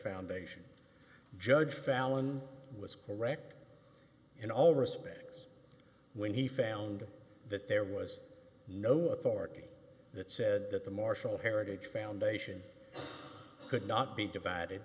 foundation judge fallon was correct in all respects when he found that there was no authority that said that the marshall heritage foundation could not be divided